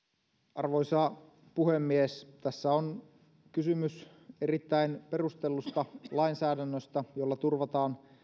arvoisa puhemies tässä on kysymys erittäin perustellusta lainsäädännöstä jolla turvataan